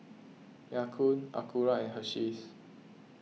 Ya Kun Acura and Hersheys